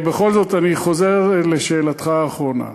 בכל זאת, אני חוזר לשאלתך האחרונה: